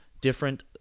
different